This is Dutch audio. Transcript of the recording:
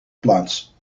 plaats